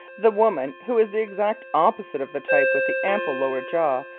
the woman who is the exact opposite of the type with the ample lower jaw,